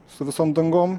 su visom dangom